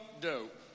dope